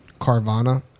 Carvana